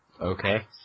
Okay